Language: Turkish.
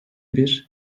bir